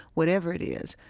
whatever it is,